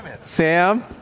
Sam